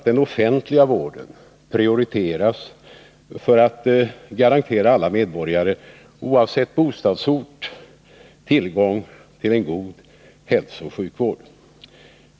Den offentliga vården har också prioriterats för att vi skall kunna garantera alla medborgare i landet — oavsett bostadsort — tillgång till en god hälsooch sjukvård.